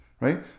right